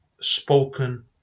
spoken